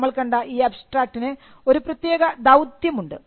നമ്മൾ കണ്ട ഈ അബ്സ്ട്രാക്റ്റിന് ഒരു പ്രത്യേക ദൌത്യം ഉണ്ട്